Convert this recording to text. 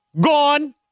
Gone